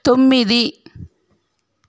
తొమ్మిది